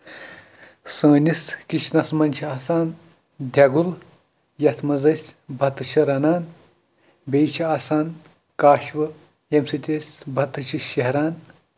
سٲنِس کِچنَس منٛز چھِ آسان دٮ۪گُل یَتھ منٛز أسۍ بَتہٕ چھِ رَنان بیٚیہِ چھِ آسان کاشوٕ ییٚمہِ سۭتۍ أسۍ بَتہٕ چھِ شیٚہران